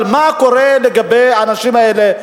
אבל מה קורה לגבי האנשים האלה?